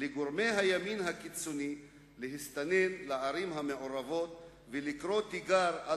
לגורמי הימין הקיצוני להסתנן לערים המעורבות ולקרוא תיגר על